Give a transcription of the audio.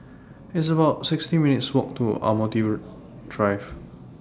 It's about sixty minutes' Walk to Admiralty Drive